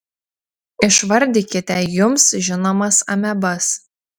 išvardykite jums žinomas amebas